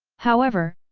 however,